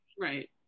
Right